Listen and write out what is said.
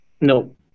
No